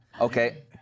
Okay